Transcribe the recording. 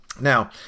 now